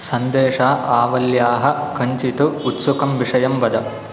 सन्देश आवल्याः कञ्चित् उत्सुकं विषयं वद